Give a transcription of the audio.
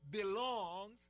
belongs